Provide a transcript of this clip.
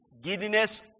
giddiness